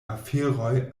aferoj